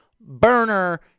burner